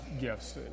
gifts